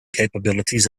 capabilities